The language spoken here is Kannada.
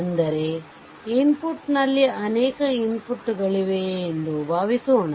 ಅಂದರೆ ಇನ್ಪುಟ್ನಲ್ಲಿ ಅನೇಕ ಇನ್ಪುಟ್ಗಳಿವೆ ಎಂದು ಭಾವಿಸೋಣ